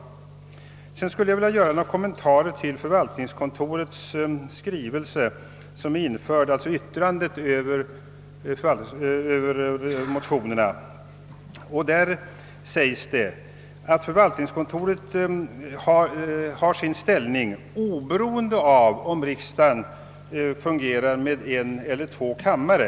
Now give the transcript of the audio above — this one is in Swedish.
Vidare skulle jag vilja göra några kommentarer till förvaltningskontorets yttrande över motionerna. Där sägs det att förvaltningskontorets ställning är oberoende av om riksdagen består av en eller två kammare.